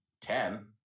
ten